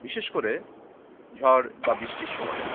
বিশেষ করে ঝড় বা বৃষ্টির সময়